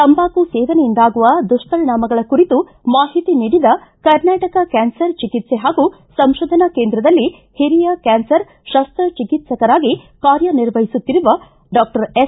ತಂಬಾಕು ಸೇವನೆಯಿಂದಾಗುವ ದುಷ್ಪರಿಣಾಮಗಳ ಕುರಿತು ಮಾಹಿತಿ ನೀಡಿದ ಕರ್ನಾಟಕ ಕ್ಯಾನ್ಸರ್ ಚಿಕಿತ್ಸೆ ಹಾಗೂ ಸಂಶೋಧನಾ ಕೇಂದ್ರದಲ್ಲಿ ಹಿರಿಯ ಕ್ಯಾನ್ಸರ್ ಶಸ್ತ ಚಿಕಿತ್ಸಕರಾಗಿ ಕಾರ್ಯ ನಿರ್ವಹಿಸುತ್ತಿರುವ ಡಾಕ್ಷರ್ ಎಸ್